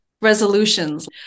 resolutions